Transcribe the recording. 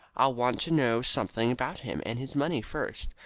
i'll want to know something about him and his money first.